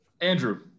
Andrew